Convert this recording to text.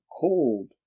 cold